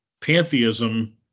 pantheism